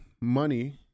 money